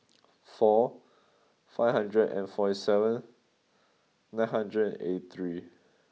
four five hundred and forty seven nine hundred eighty three